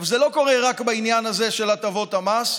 זה לא קורה רק בעניין הזה של הטבות המס,